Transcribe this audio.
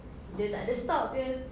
dia tak ada stop dia